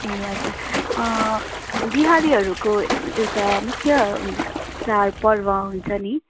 ए हजुर बिहारीहरूको एउटा मुख्य चाडपर्व हुन्छ नि